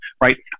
right